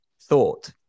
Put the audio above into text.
thought